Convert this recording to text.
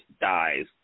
dies